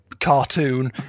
cartoon